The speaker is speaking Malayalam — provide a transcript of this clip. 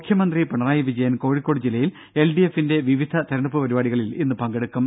മുഖ്യമന്ത്രി പിണറായി വിജയൻ കോഴിക്കോട് ജില്ലയിൽ എൽ ഡി എഫ് ന്റെ വിവിധ തെരഞ്ഞെടുപ്പ് പരിപാടികളിൽ പങ്കെടുക്കും